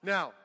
Now